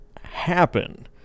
happen